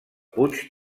puig